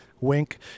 wink